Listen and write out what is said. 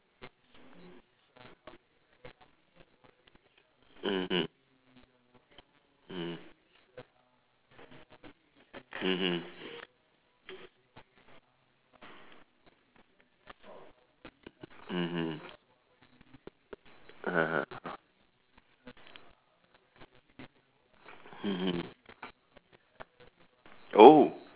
mmhmm mm mmhmm mmhmm (uh huh) mmhmm oh